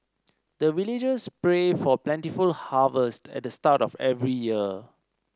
the villagers pray for plentiful harvest at the start of every year